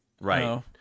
right